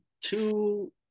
two